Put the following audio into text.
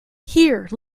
here